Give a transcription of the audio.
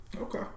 Okay